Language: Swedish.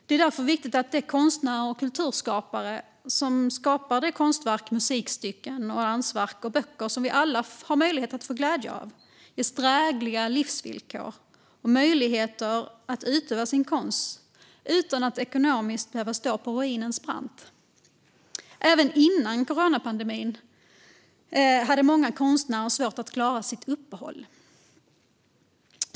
Det är därför viktigt att de konstnärer och kulturskapare som skapar de konstverk, musikstycken, dansverk och böcker som vi alla har möjlighet att få glädje av ges drägliga livsvillkor och möjligheter att utöva sin konst utan att ekonomiskt behöva stå på ruinens brant. Även före coronapandemin hade många konstnärer svårt att klara sitt uppehälle.